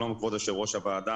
שלום כבוד יושב-ראש הוועדה,